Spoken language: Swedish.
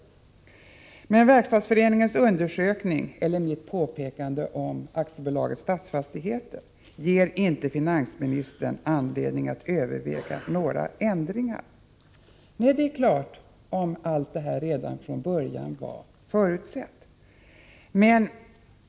Men varken Verkstadsföreningens undersökning eller mitt påpekande angående AB Statsfastigheter ger finansministern anledning att överväga några ändringar i detta sammanhang. Nej, det är klart — om allt redan från början var förutsett.